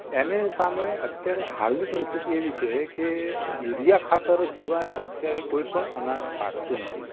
એની સામે અત્યારે હાલની પરિસ્થિતિ એવી છે કે યુરિયા ખાતર સિવાય અત્યારે કોઇપણ અનાજ પાકતું નથી